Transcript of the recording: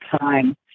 time